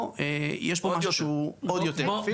פה יש משהו שהוא עוד יותר אפילו.